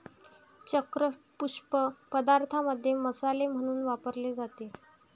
चक्र पुष्प पदार्थांमध्ये मसाले म्हणून वापरले जाते